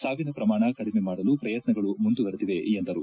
ಸಾವಿನ ಪ್ರಮಾಣ ಕಡಿಮೆ ಮಾಡಲು ಪ್ರಯತ್ನಗಳು ಮುಂದುವರೆದಿವೆ ಎಂದರು